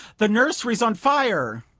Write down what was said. the nursery's on fire!